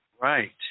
right